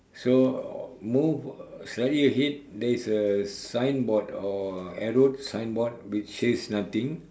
so uh move slightly ahead there is a sign board or a arrowed sign board which says nothing